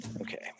Okay